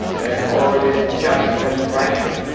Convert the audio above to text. and their cause is just and righteous,